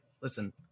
listen